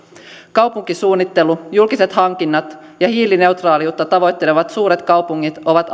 kaupunkisuunnittelu julkiset hankinnat ja hiilineutraaliutta tavoittelevat suuret kaupungit ovat